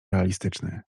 realistyczny